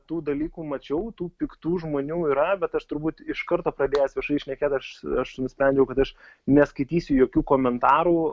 tų dalykų mačiau tų piktų žmonių yra bet aš turbūt iš karto pradėjęs viešai šnekėt aš aš nusprendžiau kad aš neskaitysiu jokių komentarų